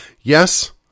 Yes